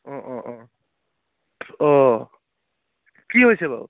অঁ অঁ অঁ অঁ কি হৈছে বাৰু